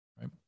right